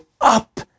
up